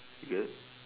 do you get it